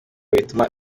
bituma